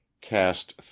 cast